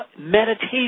meditation